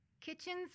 Kitchens